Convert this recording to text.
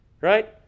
right